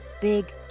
big